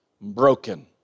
broken